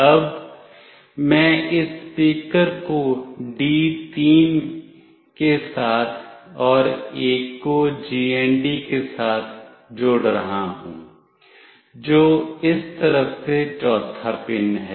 अब मैं इस स्पीकर को D3 के साथ और एक को GND के साथ जोड़ रहा हूं जो इस तरफ से चौथा पिन है